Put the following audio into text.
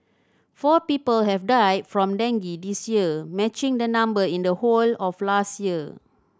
four people have died from dengue this year matching the number in the whole of last year